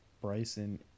Bryson